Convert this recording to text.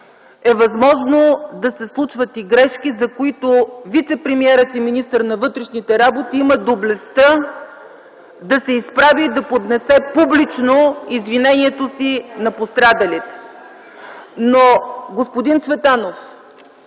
е възможно да се случват и грешки, за които вицепремиерът и министър на вътрешните работи има доблестта да се изправи и да поднесе публично извинението си на пострадалите. Но, господин Цветанов,